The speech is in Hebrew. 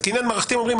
אז קניין מערכתי אומרים,